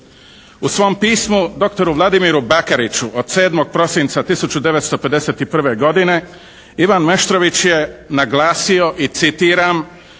U svom pismu doktoru Vladimiru Bakariću od 7. prosinca 1951. godine Ivan Meštrović je naglasio i citiram: